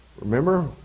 Remember